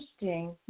interesting